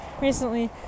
recently